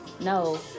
No